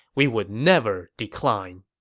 we would never decline.